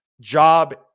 job